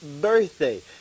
birthday